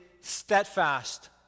steadfast